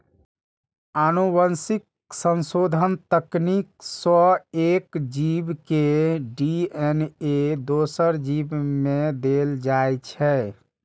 आनुवंशिक संशोधन तकनीक सं एक जीव के डी.एन.ए दोसर जीव मे देल जाइ छै